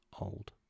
old